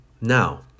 Now